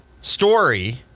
story